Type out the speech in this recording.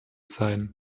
sein